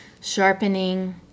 sharpening